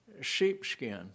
sheepskin